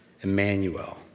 Emmanuel